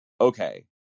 Okay